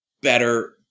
better